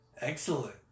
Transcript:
Excellent